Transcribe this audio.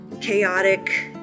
chaotic